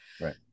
Right